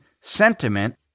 sentiment